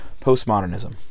postmodernism